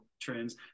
trends